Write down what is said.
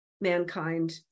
mankind